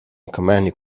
commanding